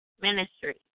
Ministry